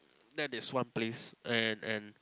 that is one place and and